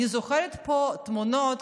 אני זוכרת פה תמונות,